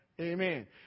Amen